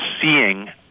seeing